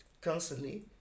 constantly